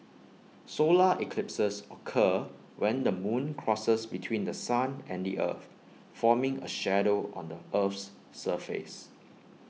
solar eclipses occur when the moon crosses between The Sun and the earth forming A shadow on the Earth's surface